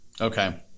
Okay